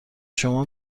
شما